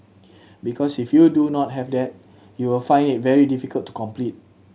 because if you do not have that you will find it very difficult to compete